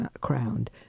crowned